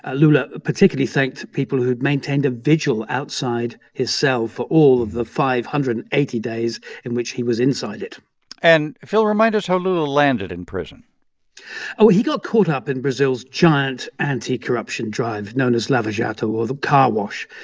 ah lula particularly thanked the people who had maintained a vigil outside his cell for all of the five hundred and eighty days in which he was inside it and phil, remind us how lula landed in prison oh, he got caught up in brazil's giant anti-corruption drive known as lava jato or the car wash.